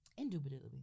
Indubitably